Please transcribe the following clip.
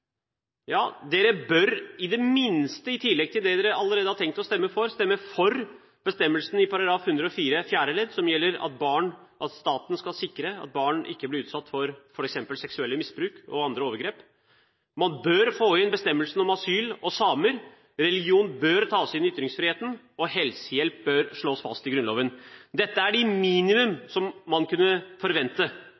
Ja, dere bør i det minste – i tillegg til det dere allerede har tenkt å stemme for – stemme for bestemmelsen i § 104 fjerde ledd, som gjelder at staten skal sikre at barn ikke blir utsatt for f.eks. seksuelt misbruk og andre overgrep. Man bør få inn bestemmelsen om asyl, om samer, religion bør tas inn i ytringsfrihetsparagrafen, og helsehjelp bør slås fast i Grunnloven. Dette er et minimum